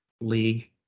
League